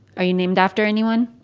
are you named after anyone?